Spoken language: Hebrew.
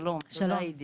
שלום, תודה, עידית.